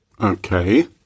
Okay